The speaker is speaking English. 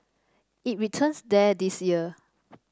it returns there this year